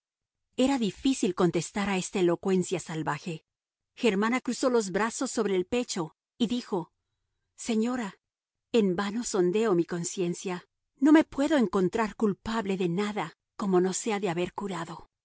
era difícil contestar a esta elocuencia salvaje germana cruzó los brazos sobre el pecho y dijo señora en vano sondeo mi conciencia no me puedo encontrar culpable de nada como no sea de haber curado